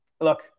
look